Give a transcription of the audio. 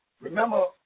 Remember